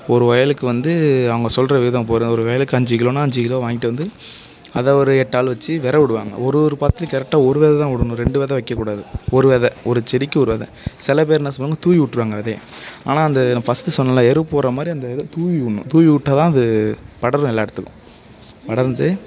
ஒரு வயலுக்கு வந்து அவங்க சொல்கிற வீதம் இப்போது ஒரு ஒரு வயலுக்கு அஞ்சு கிலோனால் அஞ்சு கிலோ வாங்கிகிட்டு வந்து அதை ஒரு எட்டாளு வச்சு வெதை விடுவாங்க ஒரு ஒரு பாத்திக்கும் கரெக்டாக ஒரு வெதை தான் விடணும் ரெண்டு வெதை வைக்கக்கூடாது ஒரு வெதை ஒரு செடிக்கு ஒரு வெதை சில பேர் என்ன செய்வாங்க தூவி விட்டிருவாங்க வெதைய ஆனால் அந்த நான் ஃபஸ்ட்டு சொன்னேனில்ல எரு போடுகிற மாதிரி அந்த இதை தூவி விடணும் தூவி விட்டா தான் அது படரும் எல்லா இடத்துக்கும் படர்ந்து